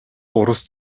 орус